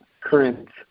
currents